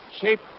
shape